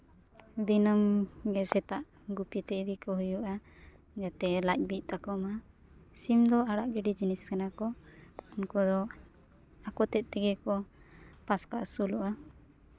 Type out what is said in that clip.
ᱫᱤᱱᱟᱹᱢ ᱜᱮ ᱥᱮᱛᱟᱜ ᱜᱩᱯᱤ ᱛᱮ ᱤᱫᱤ ᱠᱚ ᱦᱩᱭᱩᱜᱼᱟ ᱡᱟᱛᱮ ᱞᱟᱡᱽ ᱵᱤᱜ ᱛᱟᱠᱚ ᱢᱟ ᱥᱤᱢ ᱫᱚ ᱟᱲᱟᱜ ᱜᱤᱰᱤ ᱡᱤᱱᱤᱥ ᱠᱟᱱᱟ ᱠᱚ ᱩᱱᱠᱩ ᱫᱚ ᱟᱠᱚ ᱛᱮᱫ ᱛᱮᱜᱮ ᱠᱚ ᱯᱟᱥᱠᱟ ᱟᱹᱥᱩᱞᱚᱜᱼᱟ